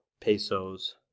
pesos